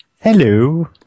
Hello